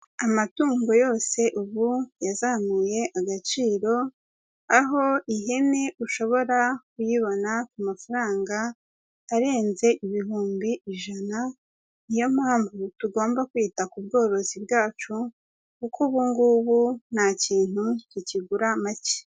Amatungo yose ubu yazamuye agaciro, aho ihene ushobora kuyibona ku mafaranga arenze ibihumbi ijana, niyo mpamvu tugomba kwita ku bworozi bwacu kuko ubu ngubu nta kintu kikigura make.